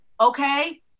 okay